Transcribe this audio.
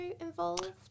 involved